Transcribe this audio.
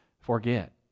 forget